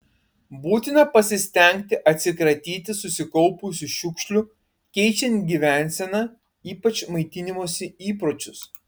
būtina pasistengti atsikratyti susikaupusių šiukšlių keičiant gyvenseną ypač maitinimosi įpročius